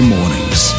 Mornings